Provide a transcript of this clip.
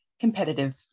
competitive